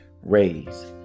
Raise